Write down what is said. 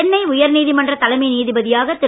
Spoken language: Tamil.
சென்னை உயர்நீதிமன்ற தலைமை நீதிபதியாக திரு